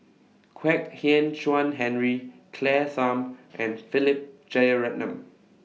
Kwek Hian Chuan Henry Claire Tham and Philip Jeyaretnam